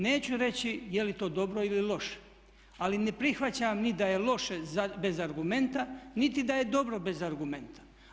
Neću reći je li to dobro ili loše, ali ne prihvaćam ni da je loše bez argumenta, niti da je dobro bez argumenta.